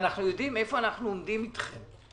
שאנחנו יודעים איפה אנחנו עומדים אתכם.